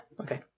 Okay